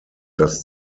dass